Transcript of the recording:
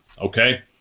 Okay